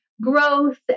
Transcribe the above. growth